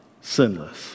sinless